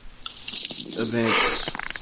Events